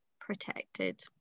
protected